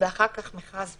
ואחר כך מכרז פומבי.